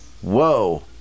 Whoa